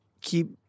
keep